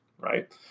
right